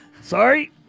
sorry